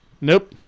Nope